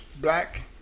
black